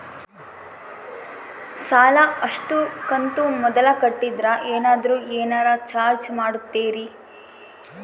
ಸಾಲದ ಅಷ್ಟು ಕಂತು ಮೊದಲ ಕಟ್ಟಿದ್ರ ಏನಾದರೂ ಏನರ ಚಾರ್ಜ್ ಮಾಡುತ್ತೇರಿ?